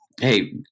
Hey